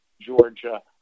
Georgia